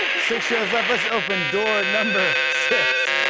and six shows left. let's open door number six.